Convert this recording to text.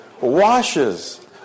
washes